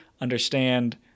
understand